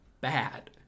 bad